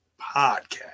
Podcast